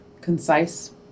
Concise